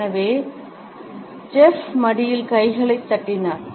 எனவே ஜெஃப் மடியில் கைகளைத் தட்டினார்